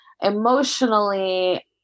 Emotionally